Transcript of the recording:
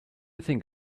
think